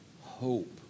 hope